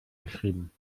geschrieben